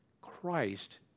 Christ